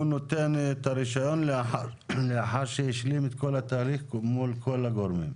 הוא נותן את הרישיון לאחר שהשלים את כל התהליך מול כל הגורמים.